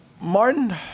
Martin